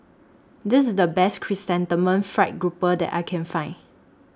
This IS The Best Chrysanthemum Fried Grouper that I Can Find